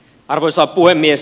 arvoisa puhemies